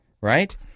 right